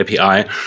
API